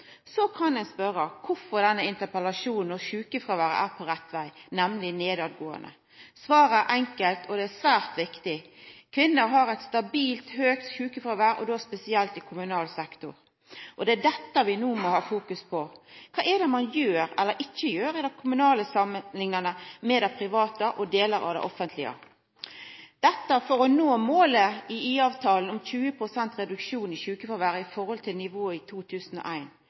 Så kan ein spørja: Kvifor denne interpellasjonen om sjukefråværet er på rett veg, nemleg nedover? Svaret er enkelt, og det er svært viktig: Kvinner har eit stabilt høgt sjukefråvær, og då spesielt i kommunal sektor. Det er dette vi no må ha fokus på. Kva er det ein gjer eller ikkje gjer i kommunal sektor samanlikna med dei private og delar av det offentlege? For å nå målet i IA-avtalen om 20 pst. reduksjon i sjukefråværet i forhold til nivået i